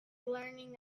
learning